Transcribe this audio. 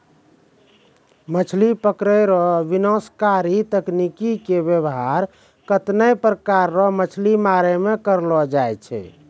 मछली पकड़ै रो विनाशकारी तकनीकी के वेवहार कत्ते ने प्रकार रो मछली मारै मे करलो जाय छै